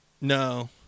No